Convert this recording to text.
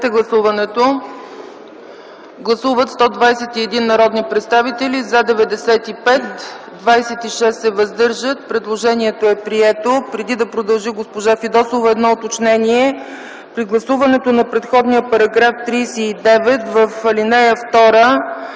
Предложението е прието.